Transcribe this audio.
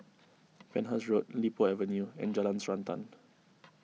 Penhas Road Li Po Avenue and Jalan Srantan